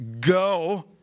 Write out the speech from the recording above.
Go